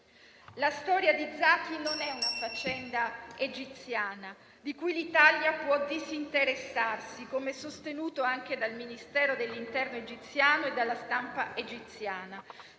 La storia di Zaki non è una faccenda egiziana di cui l'Italia può disinteressarsi, come sostenuto anche dal Ministero dell'interno e dalla stampa egiziani.